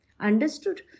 understood